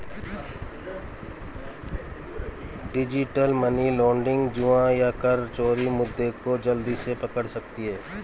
digital money laundering, जुआ या कर चोरी मुद्दे को जल्दी से पकड़ सकती है